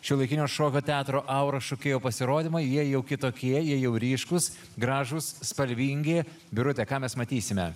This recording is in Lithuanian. šiuolaikinio šokio teatro aura šokėjų pasirodymą jie jau kitokie jie jau ryškūs gražūs spalvingi birute ką mes matysime